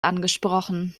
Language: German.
angesprochen